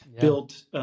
built